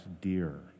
dear